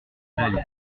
réalité